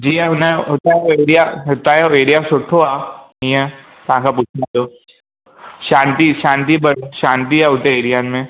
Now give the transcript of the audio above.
जीअं हुनजो हुतां जो एरिया हुतां जो एरिया सुठो आहे ईअं तव्हांखां पुच्छी कयो शांती शांती ब शांती आहे हुते एरिया में